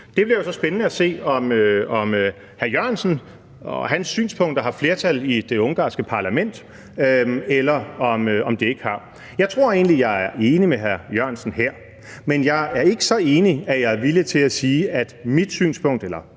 Det bliver jo så spændende at se, om hr. Jan E. Jørgensen og hans synspunkter har flertal i det ungarske parlament, eller om det ikke har. Jeg tror egentlig, jeg er enig med hr. Jan E. Jørgensen her, men jeg er ikke så enig, at jeg er villig til at sige, at hr. Jan E.